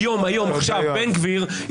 היום, היום, עכשיו בן גביר -- תודה יואב.